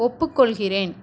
ஒப்புக்கொள்கிறேன்